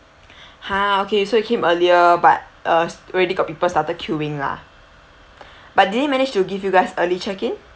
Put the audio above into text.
!huh! okay so you came earlier but uh already got people started queuing lah but did we manage to give you guys early check-in